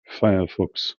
firefox